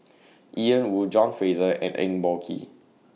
Ian Woo John Fraser and Eng Boh Kee